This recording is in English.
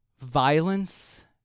violence